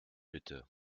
bitte